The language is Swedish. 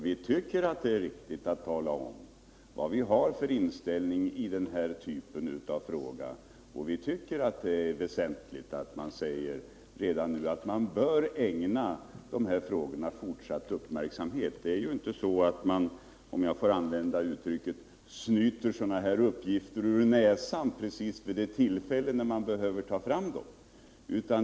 Vi tycker därför det är riktigt att tala om vilken inställning vi har iden här frågan och att det är väsentligt att dessa frågor ägnas fortsatt uppmärksamhet. Det är ju inte så att man — om jag får använda det uttrycket — snyter sådana här uppgifter ur näsan just vid det tillfälle när man behöver ha dem.